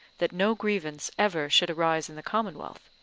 that no grievance ever should arise in the commonwealth